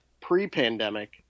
pre-pandemic